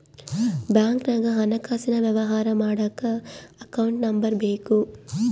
ಬ್ಯಾಂಕ್ನಾಗ ಹಣಕಾಸಿನ ವ್ಯವಹಾರ ಮಾಡಕ ಅಕೌಂಟ್ ನಂಬರ್ ಬೇಕು